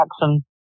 Jackson